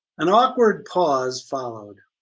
an awkward pause followed